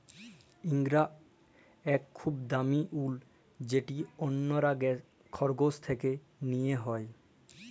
ইঙ্গরা ইক খুব দামি উল যেট অল্যরা খরগোশ থ্যাকে লিয়া হ্যয়